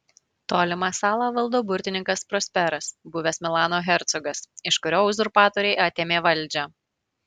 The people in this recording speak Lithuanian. tolimą salą valdo burtininkas prosperas buvęs milano hercogas iš kurio uzurpatoriai atėmė valdžią